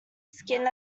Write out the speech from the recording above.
skin